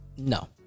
no